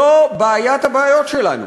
זו בעיית הבעיות שלנו.